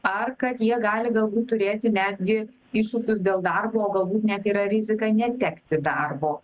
ar kad jie gali galbūt turėti netgi iššūkius dėl darbo o galbūt net yra rizika netekti darbo